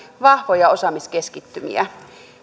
vahvoja osaamiskeskittymiä